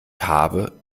habe